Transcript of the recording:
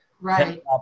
right